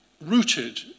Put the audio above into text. rooted